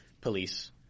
police